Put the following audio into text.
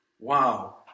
Wow